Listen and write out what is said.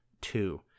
two